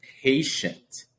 patient